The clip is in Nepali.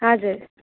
हजुर